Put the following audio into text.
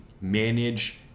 manage